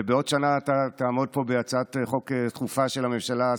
ובעוד שנה אתה תעמוד פה בהצעת חוק דחופה של הממשלה,